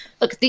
Look